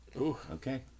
Okay